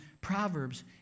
Proverbs